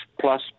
plus